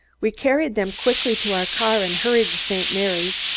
we carried them quickly to our car and hurried to st. mary's,